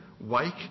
Wake